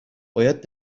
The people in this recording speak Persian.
باید